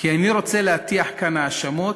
כי איני רוצה להטיח כאן האשמות,